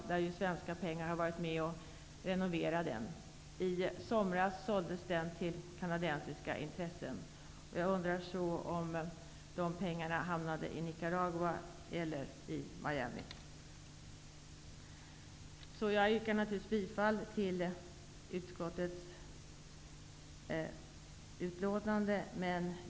Svenska pengar var med vid renoveringen av den. I somras såldes den till canadensiska intressen. Jag undrar så om de pengarna hamnade i Nicaragua eller i Miami. Jag yrkar givetvis bifall till utskottets hemställan.